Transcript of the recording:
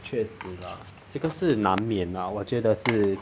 确实啦这个是难免哪我觉得是